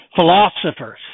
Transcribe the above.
Philosophers